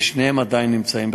ושניהם עדיין נמצאים בחקירה.